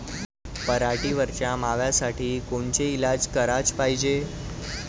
पराटीवरच्या माव्यासाठी कोनचे इलाज कराच पायजे?